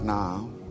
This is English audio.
now